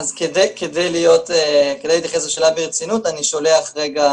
אז כדי להתייחס לשאלה ברצינות אני שולח רגע